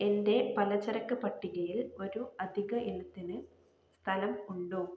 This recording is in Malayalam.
എൻ്റെ പലചരക്ക് പട്ടികയിൽ ഒരു അധിക ഇനത്തിന് സ്ഥലം ഉണ്ടോ